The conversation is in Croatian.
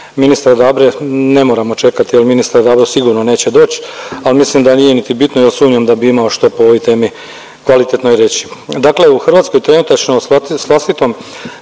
ministra Dabre, ne moramo čekati jer ministar Dabro sigurno neće doć, al mislim da nije niti bitno jer sumnjam da bi imao što po ovoj temi kvalitetno i reći. Dakle u Hrvatskoj trenutačno s vlastitom